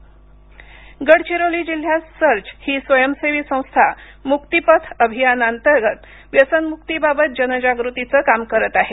दारूम्क्ती गडचिरोली जिल्ह्यात सर्च ही स्वयसेवी संस्था मुक्तिपथ अभियानाअंतर्गत व्यसनमुक्ती बाबत जनजागृतीचं काम करत आहे